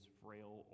frail